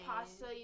pasta